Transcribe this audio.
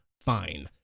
fine